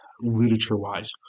literature-wise